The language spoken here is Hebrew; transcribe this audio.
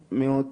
הזה.